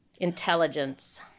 Intelligence